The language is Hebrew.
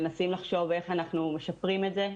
מנסים לחשוב איך אנחנו משפרים את זה.